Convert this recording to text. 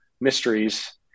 mysteries